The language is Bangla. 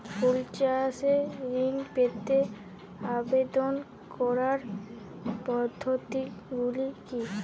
ফুল চাষে ঋণ পেতে আবেদন করার পদ্ধতিগুলি কী?